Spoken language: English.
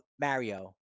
Mario